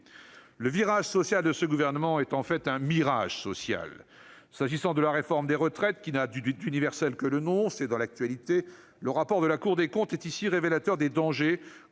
Le virage social de ce gouvernement est en fait un mirage social. S'agissant de la réforme des retraites, qui n'a d'universel que le nom, le rapport de la Cour des comptes est révélateur des dangers qu'ouvre